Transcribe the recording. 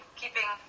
keeping